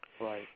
Right